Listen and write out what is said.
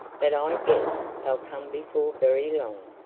but i guess they'll come before very long,